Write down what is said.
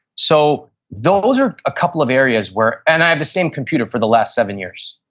so, those are a couple of areas where, and i have the same computer for the last seven years,